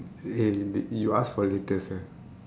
eh you ask for latest eh